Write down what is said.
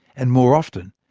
and more often,